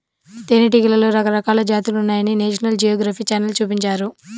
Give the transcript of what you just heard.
తేనెటీగలలో రకరకాల జాతులున్నాయని నేషనల్ జియోగ్రఫీ ఛానల్ చూపించారు